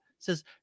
Says